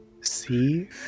See